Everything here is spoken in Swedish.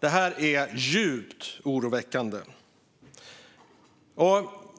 Detta är djupt oroväckande.